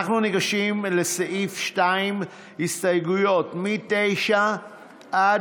אנחנו ניגשים לסעיף 2. ההסתייגויות מ-9 13